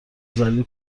ذلیل